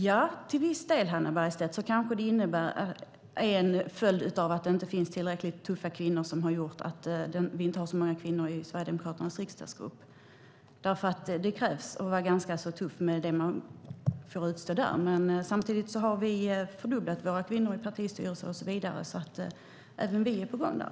Ja, Hannah Bergstedt, att vi inte har så många kvinnor i Sverigedemokraternas riksdagsgrupp är kanske till viss del en följd av att det inte finns tillräckligt tuffa kvinnor; det krävs att man är ganska tuff med tanke på det man får utstå där. Men samtidigt har vi fördubblat antalet kvinnor i partistyrelsen och så vidare. Även vi är på gång där.